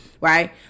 right